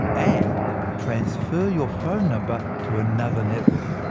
and transfer your phone number to another network.